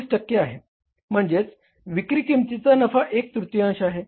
33 टक्के आहे म्हणजेच विक्री किंमतीचा नफा एक तृतीयांश आहे